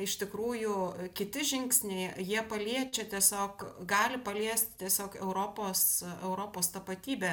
iš tikrųjų kiti žingsniai jie paliečia tiesiog gali paliesti tiesiog europos europos tapatybę